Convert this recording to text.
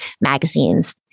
magazines